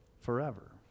forever